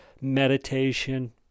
meditation